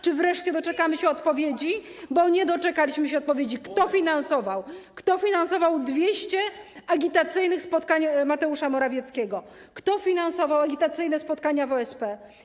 Czy wreszcie doczekamy się odpowiedzi - bo nie doczekaliśmy się odpowiedzi - kto finansował 200 agitacyjnych spotkań Mateusza Morawieckiego, kto finansował agitacyjne spotkania w OSP?